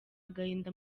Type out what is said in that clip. agahinda